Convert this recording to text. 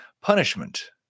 punishment